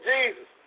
Jesus